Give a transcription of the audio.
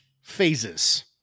phases